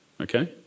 Okay